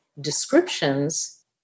descriptions